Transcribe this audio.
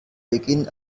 beginn